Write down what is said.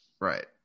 right